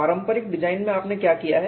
पारंपरिक डिजाइन में आपने क्या किया है